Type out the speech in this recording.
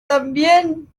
también